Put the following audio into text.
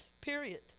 period